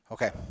Okay